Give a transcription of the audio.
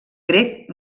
grec